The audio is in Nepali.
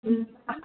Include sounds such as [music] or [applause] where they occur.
[unintelligible]